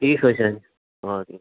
ٹھیٖک حظ چھُ حظ او کے